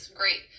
great